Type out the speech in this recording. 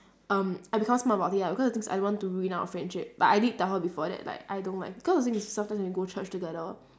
um I become smart about it lah because the thing is I don't want to ruin our friendship but I did tell her before that like I don't like because the thing is sometimes when we go church together